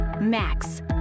max